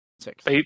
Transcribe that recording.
six